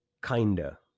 kinder